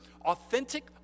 authentic